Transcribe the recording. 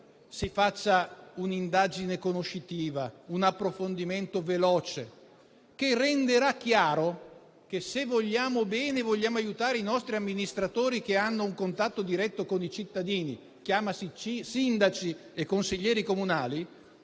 si faccia un'indagine conoscitiva, un approfondimento veloce, che renderà chiaro che se vogliamo aiutare i nostri amministratori che hanno un contatto diretto con i cittadini (sindaci e consiglieri comunali),